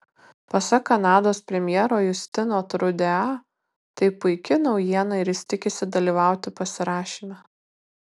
pasak kanados premjero justino trudeau tai puiki naujiena ir jis tikisi dalyvauti pasirašyme